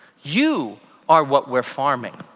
you are what we're farming.